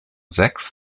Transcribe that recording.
sechs